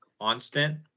constant